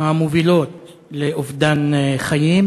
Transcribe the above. המובילות לאובדן חיים,